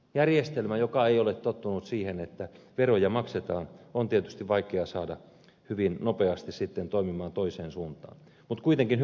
järjestelmä joka ei ole tottunut siihen että veroja maksetaan on tietysti vaikea saada hyvin nopeasti sitten toimimaan toiseen suuntaan mutta kuitenkin hyvällä tiellä ollaan